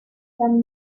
some